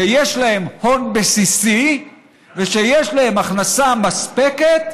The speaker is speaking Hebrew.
שיש להם הון בסיסי ושיש להם הכנסה מספקת,